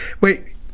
Wait